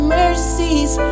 mercies